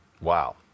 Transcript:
Wow